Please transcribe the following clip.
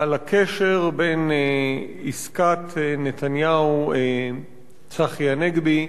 על הקשר בין עסקת נתניהו צחי הנגבי